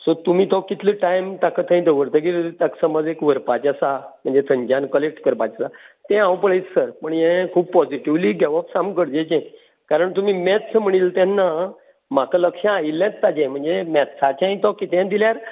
so तुमी तो कितलो टायम ताका थंय दवरतलीं ताका समज एक व्हरपाचें आसा म्हणजे थंयच्यान कलेक्ट करपाचें आसा तें हांव पळयता सर पूण हें खूब पाॅजिटीवली घेवप साम गरजेचें कारण तुमी मेथ्स म्हटिल्लें तेन्ना म्हाका लक्षांत आयिल्लेंत ताजें म्हणजे मेथसाचें आनी तो कितेंय दिल्यार